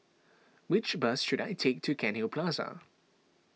which bus should I take to Cairnhill Plaza